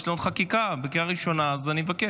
יש לנו עוד חקיקה בקריאה ראשונה, אז אני מבקש.